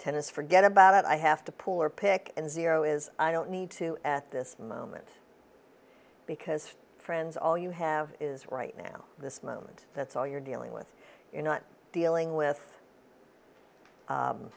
ten is forget about it i have to pull or pick and zero is i don't need to at this moment because friends all you have is right now this moment that's all you're dealing with you're not dealing with